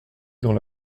dans